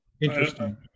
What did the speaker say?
interesting